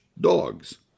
dogs